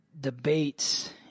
debates